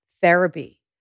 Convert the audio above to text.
therapy